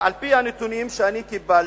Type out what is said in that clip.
על-פי הנתונים שאני קיבלתי,